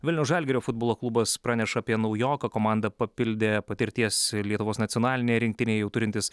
vilniaus žalgirio futbolo klubas praneša apie naujoką komandą papildė patirties ir lietuvos nacionalinėje rinktinėje jau turintis